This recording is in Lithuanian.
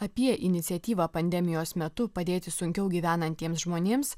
apie iniciatyvą pandemijos metu padėti sunkiau gyvenantiems žmonėms